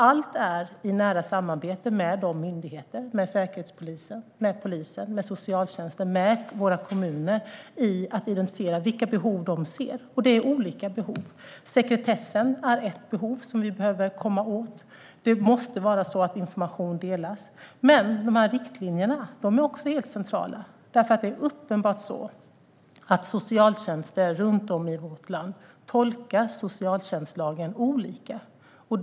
Allt sker i nära samarbete med aktuella myndigheter, säkerhetspolis, polis, socialtjänst och kommuner för att identifiera vilka behov de ser, och det är olika behov. Sekretessen är ett behov som vi behöver komma åt. Det måste vara så att information delas. Riktlinjerna är också centrala. Det är uppenbart att socialtjänster runt om i vårt land tolkar socialtjänstlagen olika.